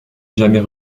jamais